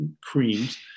creams